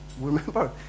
remember